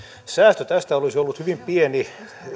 säästö tästä olisi ollut hyvin pieni